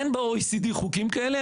אין ב-OECD חוקים כאלה,